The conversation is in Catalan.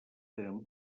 tenen